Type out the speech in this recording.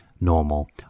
normal